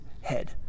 head